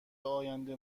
آینده